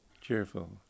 cheerful